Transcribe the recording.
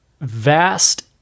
vast